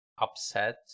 upset